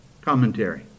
Commentary